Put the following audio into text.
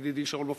ידידי שאול מופז,